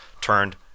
turned